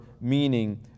meaning